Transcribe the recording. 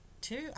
two